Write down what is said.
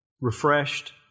refreshed